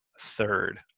third